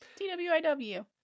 TWIW